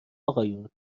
آقایان